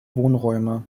wohnräume